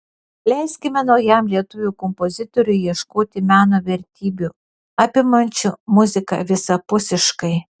leiskime naujam lietuvių kompozitoriui ieškoti meno vertybių apimančių muziką visapusiškai